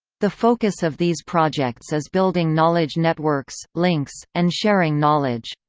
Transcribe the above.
the focus of these projects is building knowledge networks, links, and sharing knowledge.